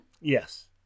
yes